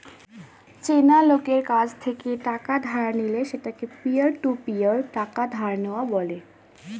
চেনা লোকের কাছ থেকে টাকা ধার নিলে সেটাকে পিয়ার টু পিয়ার টাকা ধার নেওয়া বলে